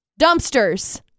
Dumpsters